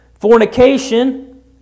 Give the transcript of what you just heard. fornication